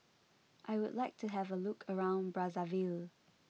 I would like to have a look around Brazzaville